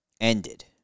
ended